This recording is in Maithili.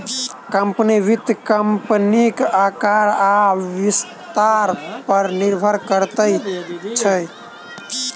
कम्पनी, वित्त कम्पनीक आकार आ विस्तार पर निर्भर करैत अछि